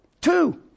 Two